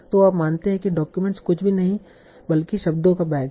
तो आप मानते हैं कि डॉक्यूमेंट कुछ भी नहीं है बल्की शब्दों का बैग है